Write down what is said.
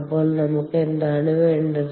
അപ്പോൾ നമുക്ക് എന്താണ് വേണ്ടത്